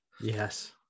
yes